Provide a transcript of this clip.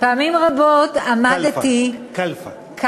פעמים רבות עמדתי, קַלְפה, קלפה.